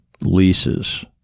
leases